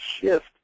shift